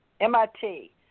MIT